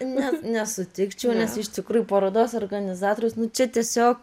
ne nesutikčiau nes iš tikrųjų parodos organizatorius nu čia tiesiog